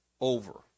over